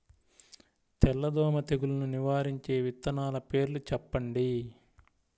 తెల్లదోమ తెగులును నివారించే విత్తనాల పేర్లు చెప్పండి?